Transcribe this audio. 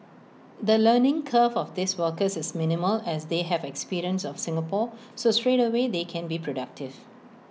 the learning curve of these workers is minimal as they have experience of Singapore so straightaway they can be productive